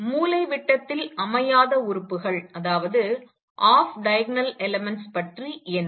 மூலை விட்டதில் அமையாத உறுப்புகள் பற்றி என்ன